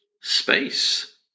space